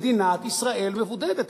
מדינת ישראל מבודדת.